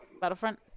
Battlefront